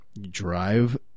Drive